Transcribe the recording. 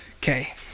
Okay